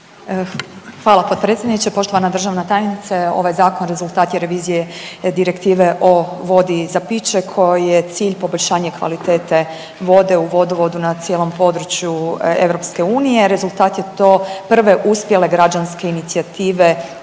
Hvala potpredsjedniče. Poštovana državna tajnice, ovaj zakon rezultat je revizije Direktive o vodi za piće kojoj je cilj poboljšanje kvalitete vode u vodovodu na cijelom području EU. Rezultat je to prve uspjele građanske inicijative